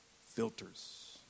filters